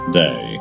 day